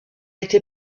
été